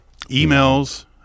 Emails